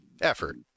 effort